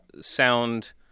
sound